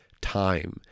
time